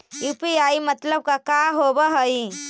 UPI मतलब का होब हइ?